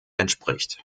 entspricht